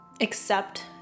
accept